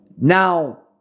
Now